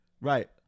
Right